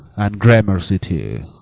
and gramercy too.